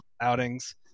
outings